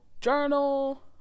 journal